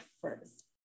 first